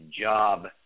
job